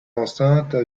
enceintes